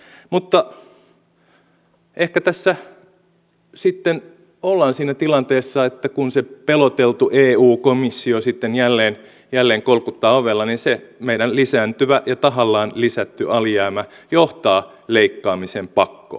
ehkä tässä sitten ollaan siinä tilanteessa että kun se peloteltu eu komissio sitten jälleen kolkuttaa ovella niin se meidän lisääntyvä ja tahallaan lisätty alijäämä johtaa leikkaamisen pakkoon